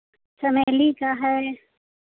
चमेली का है